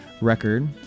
record